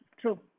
True